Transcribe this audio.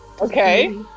Okay